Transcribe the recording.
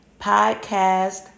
podcast